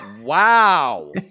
Wow